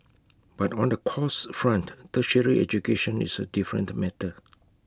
but on the costs front tertiary education is A different matter